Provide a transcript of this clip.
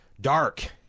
Dark